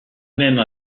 même